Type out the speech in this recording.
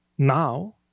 Now